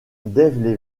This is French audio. dave